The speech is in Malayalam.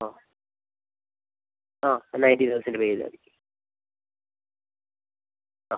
ആ ആ നൈൻറ്റി തൗസൻഡ് പേ ചെയ്താൽ മതി ആ